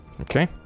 Okay